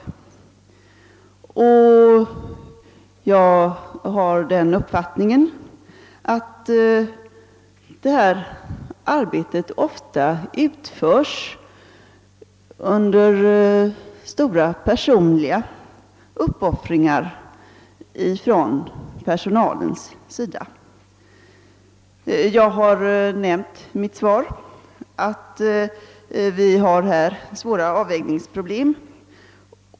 Jag har den uppfattningen att detta arbete ofta utförs under stora personliga uppoffringar från personalen. Jag har i mitt svar nämnt att vi på detta område har att brottas med svåra avvägningsproblem.